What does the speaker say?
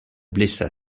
blessa